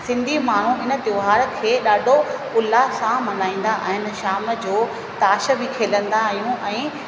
सिंधी माण्हू इन त्योहार खे ॾाढो उल्लास सां मल्हाईंदा आहिनि शाम जो ताश बि खेॾंदा आहियूं ऐं